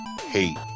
hate